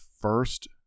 first